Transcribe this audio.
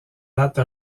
date